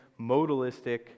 modalistic